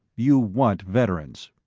you want veterans.